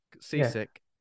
Seasick